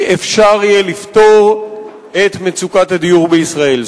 יהיה אפשר לפתור את מצוקת הדיור בישראל.